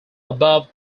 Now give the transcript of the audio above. above